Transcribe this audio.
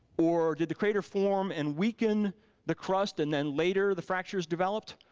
or did the crater form and weaken the crust and then later the fractures developed?